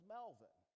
Melvin